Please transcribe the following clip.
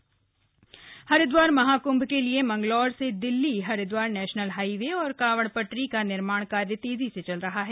हरिदवार महाकृभ हरिद्वार महाकृभ के लिए मंगलौर से दिल्ली हरिद्वार नेशनल हाइवे और कावड़ पटरी का निर्माण कार्य तेज़ी से चल रहा है